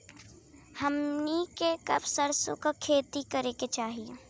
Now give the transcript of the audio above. हमनी के कब सरसो क खेती करे के चाही?